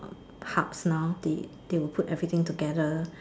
parks now they they will put everything together